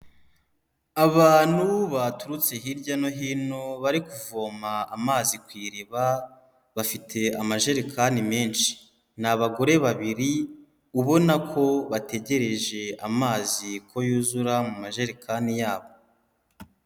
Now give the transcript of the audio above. Abantu baturutse hirya no hino bari kuvoma amazi ku iriba, bafite amajerekani menshi, ni abagore babiri ubona ko bategereje amazi ko yuzura mu majerekani yabo.